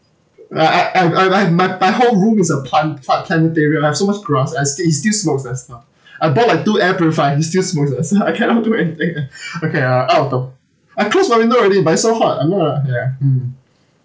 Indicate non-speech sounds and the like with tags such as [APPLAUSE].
I I I I my my whole room is a plant~ plant~ planetarium I've so much grass I see he still smokes lester I bought like two air purifier he still smokes as uh [LAUGHS] so I cannot do anything ah [LAUGHS] okay ah out of the I close my window already but it so hot I'm going to ya hmm